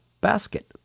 Basket